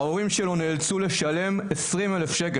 ההורים שלו נאלצו לשלם 20,000 שקל.